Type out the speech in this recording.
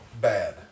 bad